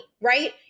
right